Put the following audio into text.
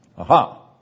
Aha